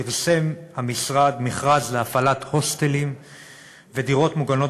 פרסם המשרד מכרז להפעלת הוסטלים ודירות מוגנות